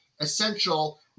essential